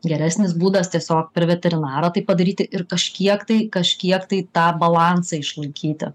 geresnis būdas tiesiog per veterinarą tai padaryti ir kažkiek tai kažkiek tai tą balansą išlaikyti